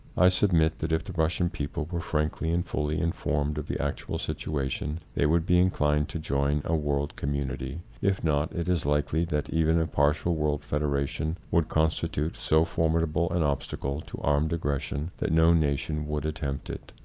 i submit that if the russian people were frankly and fully informed of the actual situation, they would be inclined to join a world community. if not, it is likely that even a partial world federation would constitute so formidable an obstacle to armed aggression that no nation would attempt it.